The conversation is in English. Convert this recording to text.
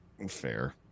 Fair